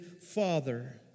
father